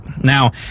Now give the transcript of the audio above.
Now